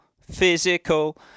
physical